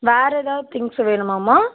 வேறு ஏதாவது திங்க்ஸ் வேணுமாம்மா